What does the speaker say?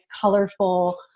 colorful